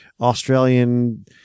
Australian